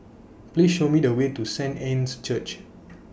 Please Show Me The Way to Saint Anne's Church